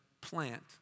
plant